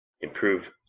improve